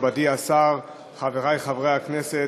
מכובדי השר, חברי חברי הכנסת,